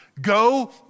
go